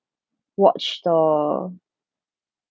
watch the